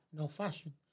old-fashioned